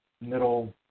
middle